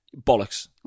Bollocks